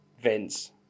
Vince